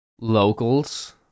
locals